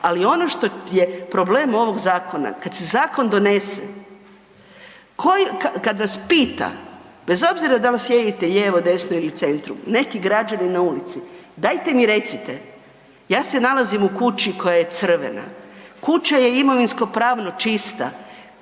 ali ono što je problem ovog zakona, kad se zakon donese, kad vas pita bez obzira da li sjedite lijevo, desno ili u centru, neki građani na ulici, dajte mi recite, ja se nalazim u kući koja je crvena, kuća je imovinsko-pravno čista,